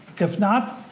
if not,